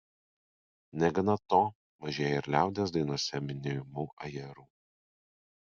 negana to mažėja ir liaudies dainose minimų ajerų